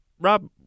Rob